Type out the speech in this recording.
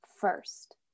first